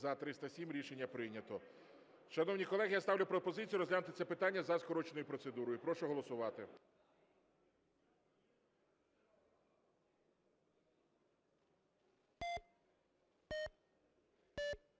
За-307 Рішення прийнято. Шановні колеги, я ставлю пропозицію розглянути це питання за скороченою процедурою. Прошу голосувати.